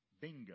Bingo